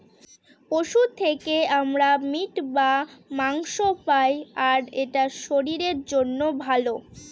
পশু থেকে আমরা মিট বা মাংস পায়, আর এটা শরীরের জন্য ভালো